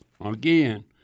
Again